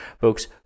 folks